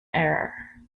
air